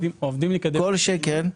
כל שכן.